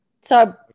So-